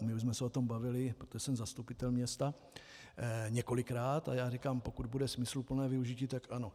My už jsme se o tom bavili, protože jsem zastupitel města, několikrát, a já říkám, pokud bude smysluplné využití, tak ano.